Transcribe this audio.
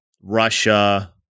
Russia